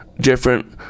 different